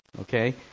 okay